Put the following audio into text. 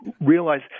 realize